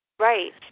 Right